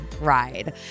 ride